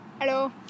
Hello